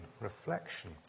reflection